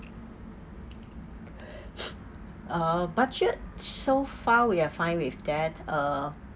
uh budget so far we are fine with that uh